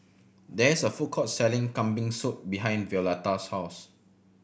there is a food court selling Kambing Soup behind Violetta's house